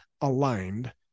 aligned